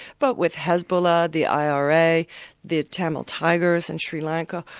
but with hezbollah, the ira, the tamil tigers in sri lanka,